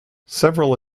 several